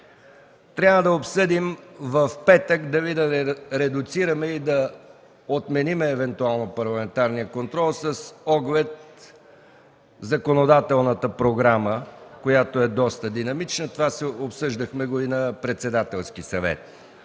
Трябва да обсъдим в петък дали да не редуцираме и евентуално да отменим Парламентарния контрол с оглед законодателната програма, която е доста динамична. Това обсъждахме и на Председателския съвет,